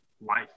life